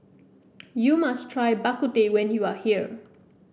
you must try Bak Kut Teh when you are here